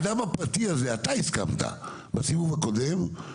אתה הסכמת בסיבוב הקודם,